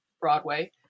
Broadway